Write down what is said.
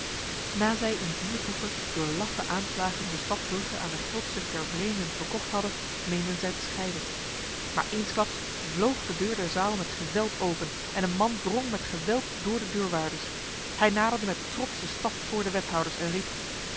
na zij in dier voege door laffe aanslagen de stad brugge aan de geldzucht der vreemden verkocht hadden meenden zij te scheiden maar eensklaps vloog de deur der zaal met geweld open en een man drong met geweld door de deurwaarders hij naderde met trotse stap voor de wethouders en riep